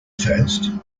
first